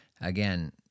Again